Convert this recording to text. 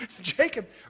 Jacob